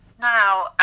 now